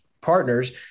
partners